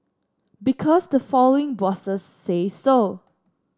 because the following bosses say so